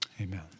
Amen